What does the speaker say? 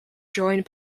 joined